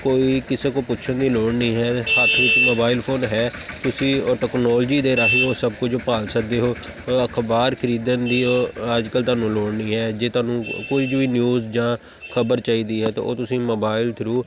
ਕੋਈ ਕਿਸੇ ਕੋਲੋਂ ਪੁੱਛਣ ਦੀ ਲੋੜ ਨਹੀਂ ਹੈ ਹੱਥ ਵਿੱਚ ਮੋਬਾਇਲ ਫੋਨ ਹੈ ਤੁਸੀਂ ਟੈਕਨੋਲਜੀ ਦੇ ਰਾਹੀਂ ਉਹ ਸਭ ਕੁਝ ਭਾਲ ਸਕਦੇ ਹੋ ਅਖ਼ਬਾਰ ਖਰੀਦਣ ਦੀ ਉਹ ਅੱਜ ਕੱਲ੍ਹ ਤੁਹਾਨੂੰ ਲੋੜ ਨਹੀਂ ਹੈ ਜੇ ਤੁਹਾਨੂੰ ਕੋ ਕੁਝ ਵੀ ਨਿਊਜ਼ ਜਾਂ ਖ਼ਬਰ ਚਾਹੀਦੀ ਹੈ ਤਾਂ ਉਹ ਤੁਸੀਂ ਮੋਬਾਇਲ ਥਰੂ